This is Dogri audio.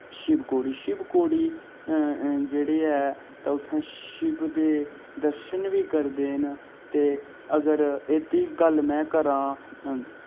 शिव खोड़ी शिव खोड़ी जेह्ड़े ऐ तां उत्थैं शिव दे दर्शन बी करदे न ते अगर एह्दी गल्ल मैं करां